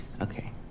Okay